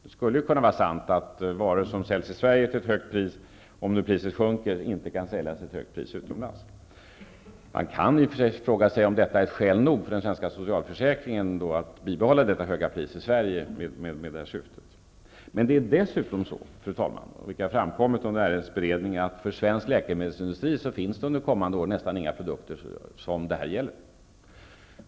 Det skulle kunna vara sant att varor som säljs i Sverige till ett högt pris inte kan säljas till ett högt pris utomlands om priset sjunker. Man kan i och för sig fråga sig om detta är skäl nog för den svenska socialförsäkringen att bibehålla detta höga pris i Fru talman, det är dessutom på det sättet, vilket har framkommit under ärendets beredning, att det under kommande år knappast finns några produkter som detta gäller.